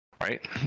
right